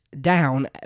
down